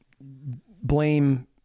blame